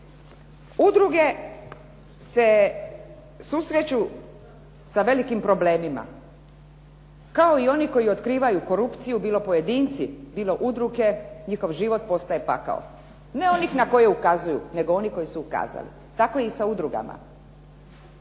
Udruge se susreću sa velikim problemima kao i oni koji otkrivaju korupciju bilo pojedinci bilo udruge njihov život postaje pakao, ne onih na koje ukazuju nego oni koji su ukazali. Tako je i sa udrugama,